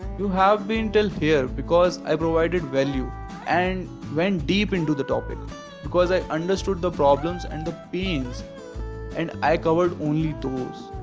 you have been till here because i provided value and went deep into the topic because i understood the problems and pains and i covered only those.